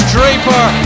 Draper